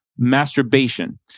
Masturbation